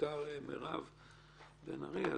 בעיקר מירב בן ארי.